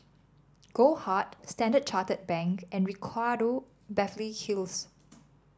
Goldheart Standard Chartered Bank and Ricardo Beverly Hills